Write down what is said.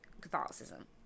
Catholicism